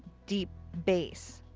deep base.